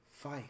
fight